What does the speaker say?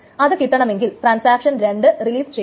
അത് കിട്ടണമെങ്കിൽ ട്രാൻസാക്ഷൻ രണ്ട് റിലീസ് ചെയ്യണം